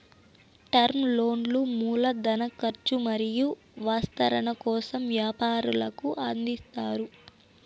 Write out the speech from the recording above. term లోన్లు మూల ధన కర్చు మరియు విస్తరణ కోసం వ్యాపారులకు అందిస్తారు